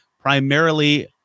primarily